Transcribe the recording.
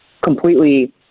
completely